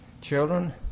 Children